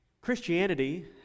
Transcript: Christianity